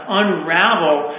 unravel